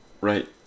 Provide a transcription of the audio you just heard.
right